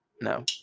no